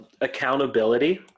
accountability